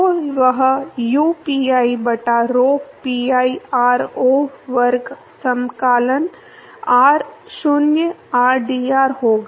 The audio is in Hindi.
तो वह 2 pi बटा rho pi r0 वर्ग समाकलन r0 rdr होगा